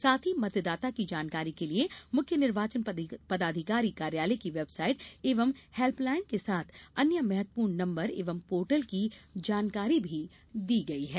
साथ ही मतदाता की जानकारी के लिये मुख्य निर्वोचन पदाधिकारी कार्यालय की वेबसाइट एवं हेल्पलाइन के साथ अन्य महत्वपूर्ण नम्बर एवं पोर्टल की जानकारी भी दी गई है